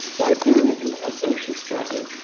by political or social struggle.